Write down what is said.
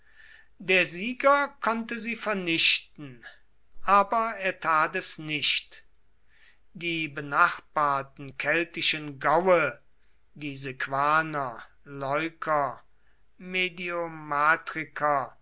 der sieger konnte sie vernichten aber er tat es nicht die benachbarten keltischen gaue die sequaner leuker